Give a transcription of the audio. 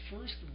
first